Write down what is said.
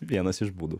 vienas iš būdų